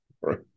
Right